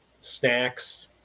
snacks